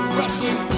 Wrestling